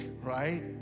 right